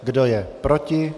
Kdo je proti?